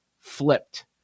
flipped